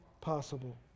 possible